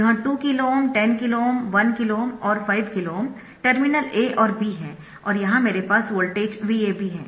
यह 2KΩ 10KΩ 1KΩ और 4KΩ terminal A और B है और यहां मेरे पास वोल्टेज VAB है